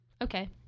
Okay